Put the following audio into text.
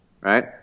right